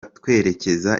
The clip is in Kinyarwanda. twerekeza